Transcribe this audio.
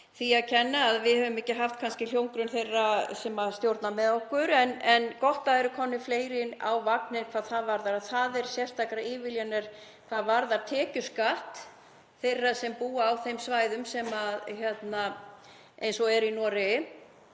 því að kenna að við höfum ekki haft hljómgrunn þeirra sem stjórna með okkur en gott að það eru komnir fleiri á vagninn hvað það varðar — og það eru sérstakar ívilnanir hvað varðar tekjuskatt þeirra sem búa á svæðum eins og eru í Noregi.